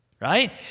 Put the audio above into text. right